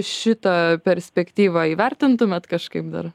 šitą perspektyvą įvertintumėt kažkaip dar